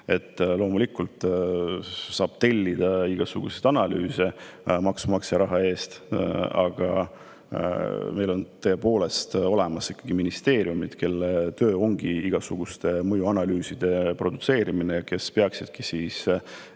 Loomulikult saab tellida igasuguseid analüüse maksumaksja raha eest, aga meil on olemas ikkagi ministeeriumid, kelle töö ongi igasuguste mõjuanalüüside produtseerimine. Nemad peaksid enne,